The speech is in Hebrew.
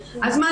אז מה,